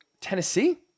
Tennessee